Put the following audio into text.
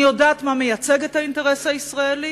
אני יודעת מה מייצג את האינטרס הישראלי